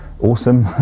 Awesome